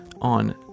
on